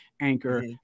Anchor